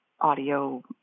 audio